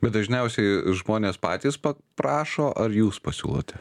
bet dažniausiai žmonės patys paprašo ar jūs pasiūlote